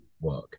work